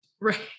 Right